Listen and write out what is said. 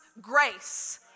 grace